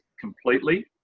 completely